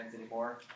anymore